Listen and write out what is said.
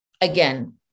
again